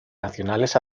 nacionales